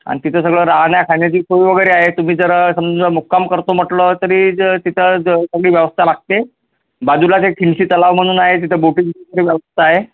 आणि तिथं सगळं राहण्या खाण्याची सोय वगैरे आहे तुम्ही जर समजा मुक्काम करतो म्हटलं तरी ज तिथं ज सगळी व्यवस्था लागते बाजूलाच एक खिलशी तलाव म्हणून आहे तिथं बोटिंग व्यवस्था आहे